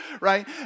right